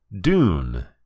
Dune